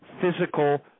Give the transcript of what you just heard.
physical